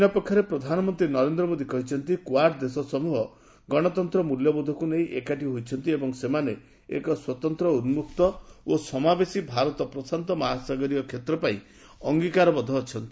ଅନ୍ୟପକ୍ଷରେ ପ୍ରଧାନମନ୍ତ୍ରୀ ନରେନ୍ଦ୍ର ମୋଦୀ କହିଛନ୍ତିକ୍ୱାର୍ଡ ଦେଶ ସମୂହ ଗଣତନ୍ତ୍ର ମୂଲ୍ୟବୋଧକୁ ନେଇ ଏକାଠି ହୋଇଛନ୍ତି ଏବଂ ସେମାନେ ଏକ ସ୍ୱତନ୍ତ୍ର ଉନ୍କକ୍ତ ଓ ସମାବେଶୀ ଭାରତ ପ୍ରଶାନ୍ତ ମହାସାଗରୀୟ କ୍ଷେତ୍ର ପାଇଁ ଅଙ୍ଗୀକାରବଦ୍ଧ ଅଛନ୍ତି